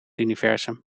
universum